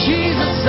Jesus